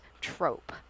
trope